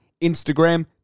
Instagram